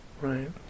Right